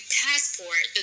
passport